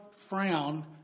frown